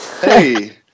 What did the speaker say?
Hey